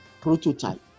prototype